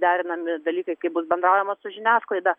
derinami dalykai kaip bus bendraujama su žiniasklaida